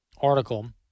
article